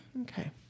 Okay